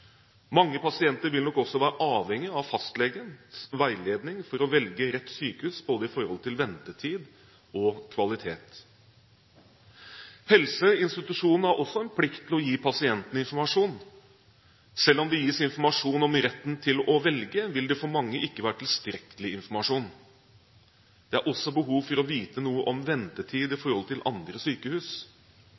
Mange pasienter vil nok også være avhengig av fastlegens veiledning for å velge rett sykehus hva gjelder både ventetid og kvalitet. Helseinstitusjonene har også en plikt til å gi pasientene informasjon. Selv om det gis informasjon om retten til å velge, vil det for mange ikke være tilstrekkelig informasjon. Det er også behov for å vite noe om ventetid ved andre sykehus.